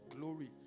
glory